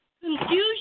Confusion